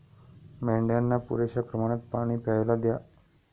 मेंढ्यांना पुरेशा प्रमाणात पाणी प्यायला द्या